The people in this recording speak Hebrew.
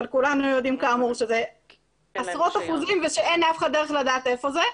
אבל כולנו יודעים שזה עשרות אחוזים ושאין לאף אחד דרך לדעת איפה זה.